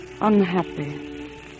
unhappy